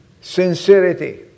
Sincerity